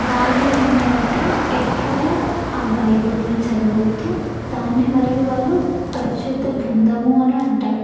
వాళ్ళు ఏంటంటే ఎప్పుడూ ఆ బైబిల్ని చదువుతూ దాన్ని మరియు వాళ్ళు పరిశుద్ద గ్రంధము అని అంటారు